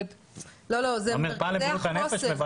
מרפאה לבריאות הנפש.